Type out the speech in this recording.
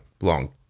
long